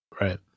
Right